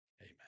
amen